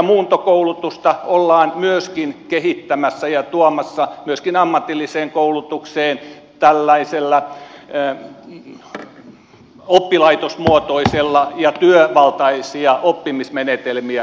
muuntokoulutusta ollaan myöskin kehittämässä ja tuomassa myöskin ammatilliseen koulutukseen tällaisella oppilaitosmuotoisella ja työvaltaisia oppimismenetelmiä yhdistämällä